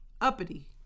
uppity